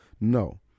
No